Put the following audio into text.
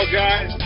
guys